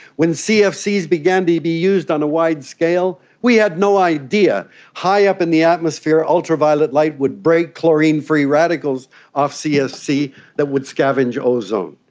when cfcs began to be used on a wide scale, we had no idea that high up in the atmosphere ah ultraviolet light would break chlorine free radicals off cfc that would scavenge ozone.